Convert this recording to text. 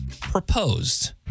proposed